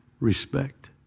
respect